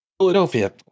Philadelphia